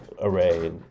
array